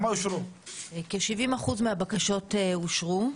כ-70% מהבקשות אושרו.